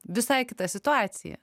visai kita situacija